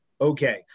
okay